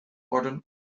worden